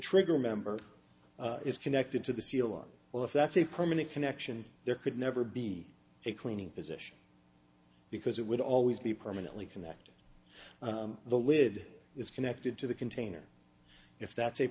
trigger member is connected to the ceiling well if that's a permanent connection there could never be a cleaning position because it would always be permanently connected the lid is connected to the container if that